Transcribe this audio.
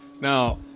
Now